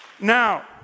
Now